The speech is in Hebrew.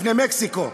לפני מקסיקו.